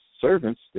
servants